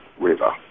river